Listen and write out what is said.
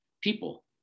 people